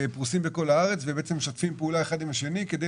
פרוסים בכל הארץ ומשתפים פעולה אחד עם השני כדי